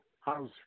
How's